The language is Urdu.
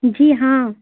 جی ہاں